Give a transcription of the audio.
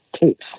tapes